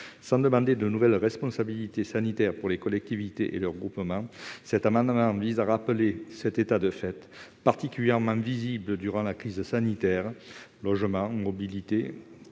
Sans demander de nouvelles responsabilités sanitaires pour les collectivités et leurs groupements, cet amendement vise à rappeler cet état de fait, particulièrement visible durant la crise sanitaire. Logement, mobilité,